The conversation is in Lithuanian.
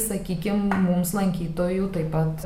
sakykime mums lankytojų taip pat